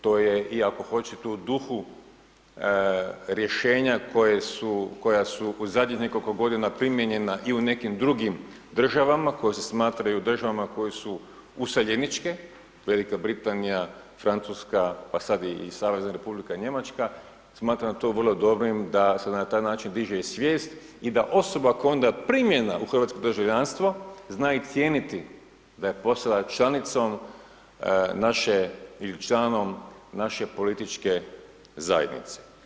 To je i ako hoćete u duhu rješenja koja su u zadnjih nekoliko godina primijenjena i u nekim drugim državama koje se smatraju državama koje su useljeničke, V. Britanija, Francuska, pa sad i Savezna Republika Njemačka, smatram to vrlo dobrim da se na taj način diže i svijest i da osoba koja je onda primljena u hrvatsko državljanstvo zna i cijeniti da je postala članicom naše, ili članom naše političke zajednice.